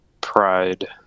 Pride